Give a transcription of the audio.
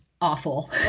awful